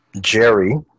Jerry